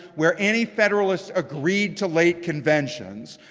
where any federalists agreed to late conventions.